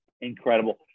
incredible